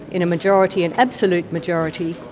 in a majority, an absolute majority,